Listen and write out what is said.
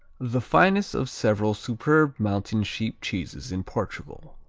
the finest of several superb mountain-sheep cheeses in portugal.